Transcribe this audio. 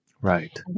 Right